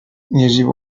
يجب